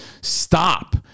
stop